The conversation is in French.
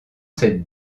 cette